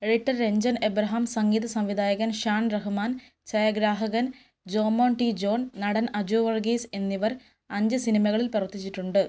editor Ranjan Abraham സംഗീത സംവിധായകൻ ഷാൻ റഹ്മാൻ ഛായാഗ്രാഹകൻ ജോമോൻ ടി ജോൺ നടൻ അജു വർഗീസ് എന്നിവർ അഞ്ച് സിനിമകളിൽ പ്രവർത്തിച്ചിട്ടുണ്ട്